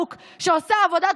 קיימת לעובדים בחוק עבודת